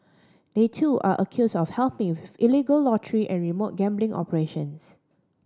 they too are accuse of helping with illegal lottery and remote gambling operations